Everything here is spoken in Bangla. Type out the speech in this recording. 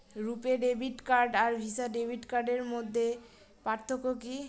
রূপে ডেবিট কার্ড আর ভিসা ডেবিট কার্ডের মধ্যে পার্থক্য কি?